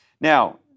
Now